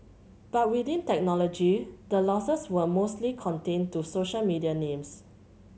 but within technology the losses were mostly contained to social media names